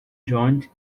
joined